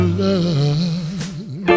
love